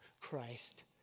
Christ